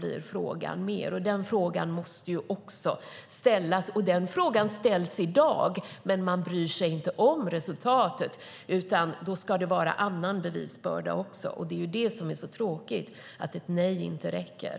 huvudfrågan, och den måste ställas. Denna fråga ställs i dag också. Man bryr sig dock inte om resultatet, utan det ska vara annan bevisbörda också. Det är det som är så tråkigt, att ett nej inte räcker.